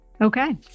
Okay